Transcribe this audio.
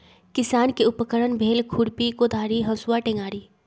किसान के उपकरण भेल खुरपि कोदारी हसुआ टेंग़ारि